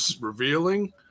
revealing